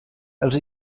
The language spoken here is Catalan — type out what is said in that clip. els